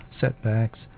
setbacks